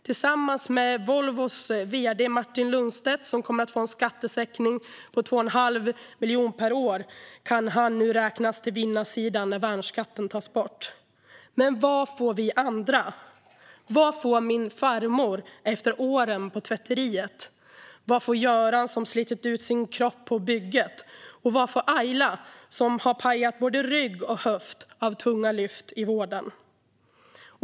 Tillsammans med Volvos vd Martin Lundstedt, som kommer att få en skattesänkning på 2 1⁄2 miljon per år, kan han nu räknas till vinnarsidan när värnskatten tas bort. Men vad får vi andra? Vad får min farmor efter åren på tvätteriet? Vad får Göran, som slitit ut sin kropp på bygget? Vad får Ayla, som har pajat både rygg och höft med tunga lyft i vården?